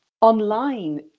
online